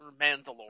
Mandalore